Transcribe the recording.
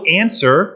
answer